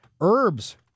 Herbs